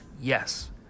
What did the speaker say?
Yes